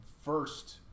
first